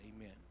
Amen